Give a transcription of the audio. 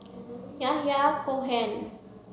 Yahya Cohen